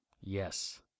Yes